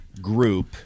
group